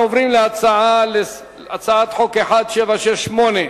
אנחנו עוברים להצעת חוק פ/1768,